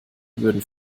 würden